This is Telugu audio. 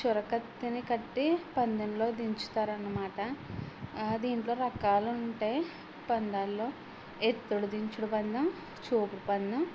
చురకత్తిని కట్టి పందెంలో దించుతారు అనమాట దీంట్లో రకాలు ఉంటాయి పందాల్లో ఎత్తుడు దించుడు పందెం చూపుడు పందెం